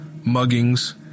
muggings